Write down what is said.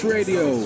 Radio